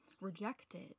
rejected